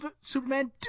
superman